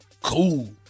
cool